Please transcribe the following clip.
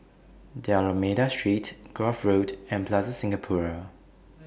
D'almeida Street Grove Road and Plaza Singapura